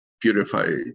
purify